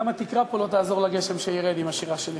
וגם התקרה פה לא תעזור לגשם שירד עם השירה שלי.